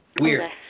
weird